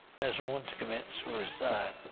doesn't want to commit suicide.